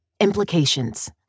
Implications